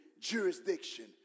jurisdiction